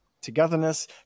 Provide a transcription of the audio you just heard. togetherness